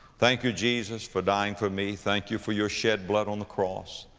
thank you, jesus, for dying for me. thank you for your shed blood on the cross.